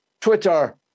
Twitter